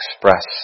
express